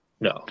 no